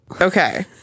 okay